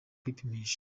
kwipimisha